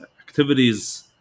activities